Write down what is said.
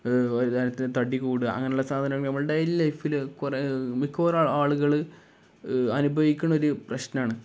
ഒരുതരത്തില് തടി കൂടുക അങ്ങനെയുള്ള സാധാരണ നമ്മൾ ഡെയിലി ലൈഫില് കുറേ മിക്കവാറും ആളുകള് അനുഭവിക്കുന്നൊരു പ്രശ്നമാണ്